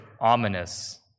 ominous